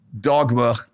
dogma